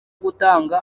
gutanga